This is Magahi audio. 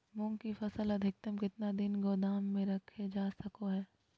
मूंग की फसल अधिकतम कितना दिन गोदाम में रखे जा सको हय?